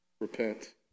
repent